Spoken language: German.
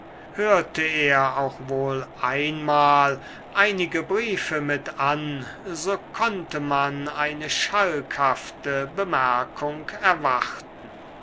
hörte er auch wohl einmal einige briefe mit an so konnte man eine schalkhafte bemerkung erwarten